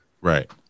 Right